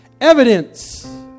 Evidence